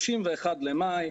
31 למאי,